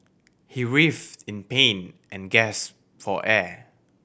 he writhed in pain and gasped for air